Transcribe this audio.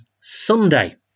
Sunday